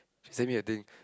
she send me that thing